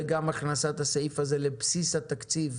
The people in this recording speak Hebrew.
וגם הכנסת הסעיף הזה לבסיס התקציב,